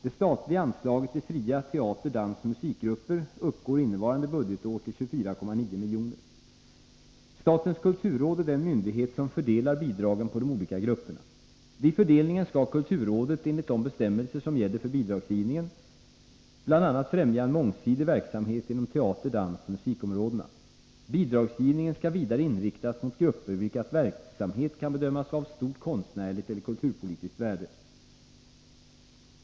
Det statliga anslaget till fria teater-, dansoch musikgrupper uppgår innevarande budgetår till 24 900 000 kr. Statens kulturråd är den myndighet som fördelar bidragen på de olika grupperna. Vid fördelningen skall kulturrådet, enligt de bestämmelser som gäller för bidragsgivningen, bl.a. främja en mångsidig verksamhet inom teater-, dansoch musikområdena. Bidragsgivningen skall vidare inriktas mot grupper vilkas verksamhet kan bedömas vara av stort konstnärligt eller kulturpolitiskt värde.